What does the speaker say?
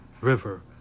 River